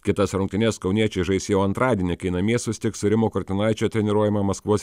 kitas rungtynes kauniečiai žais jau antradienį kai namie susitiks su rimo kurtinaičio treniruojama maskvos